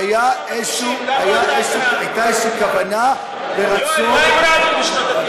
והיו כוונה ורצון,